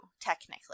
technically